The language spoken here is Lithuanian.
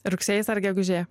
rugsėjis ar gegužė